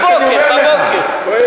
בבוקר, בבוקר.